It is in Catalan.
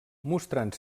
mostrant